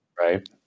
right